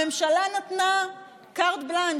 הממשלה נתנה carte blanche.